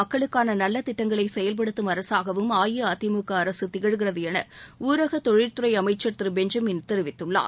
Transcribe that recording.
மக்களுக்கான நல்ல திட்டங்களை செயல்படுத்தும் அரசாகவும் அ இ அ தி மு க அரசு திகழ்கிறது என ஊரக தொழில்துறை அமைச்சர் திரு பெஞ்சமின் தெரிவித்துள்ளார்